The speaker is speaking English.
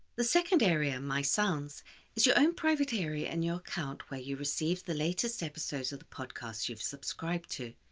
the second area. my sounds is your own private area in your account where you receive the latest episodes of the podcasts you've subscribed to,